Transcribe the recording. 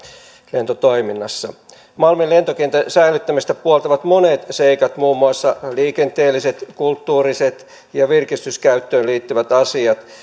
lentotoiminnassa malmin lentokentän säilyttämistä puoltavat monet seikat muun muassa liikenteelliset kulttuuriset ja virkistyskäyttöön liittyvät asiat